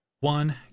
one